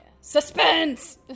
Suspense